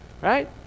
right